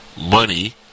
money